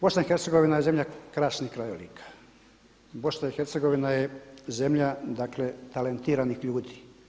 BiH je zemlja krasnih krajolika, BiH je zemlja dakle talentiranih ljudi.